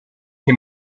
che